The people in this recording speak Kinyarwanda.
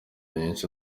nyinshi